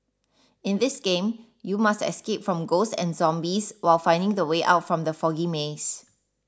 in this game you must escape from ghosts and zombies while finding the way out from the foggy maze